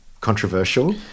controversial